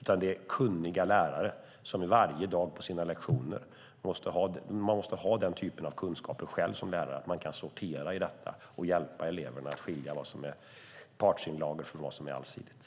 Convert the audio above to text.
Det är kunniga lärare som varje dag på sina lektioner måste ha den kunskapen att de kan sortera i detta och hjälpa eleverna att skilja partsinlagor från allsidig information.